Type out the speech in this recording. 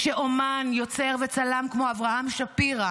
כשאומן יוצר וצלם כמו אברהם שפירא